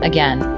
Again